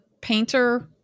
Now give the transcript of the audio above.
painter